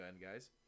guys